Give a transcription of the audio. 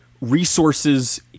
resources